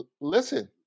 Listen